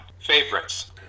Favorites